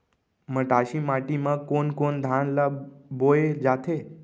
मटासी माटी मा कोन कोन धान ला बोये जाथे?